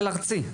ארצי.